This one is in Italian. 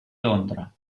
londra